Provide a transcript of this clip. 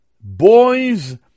boys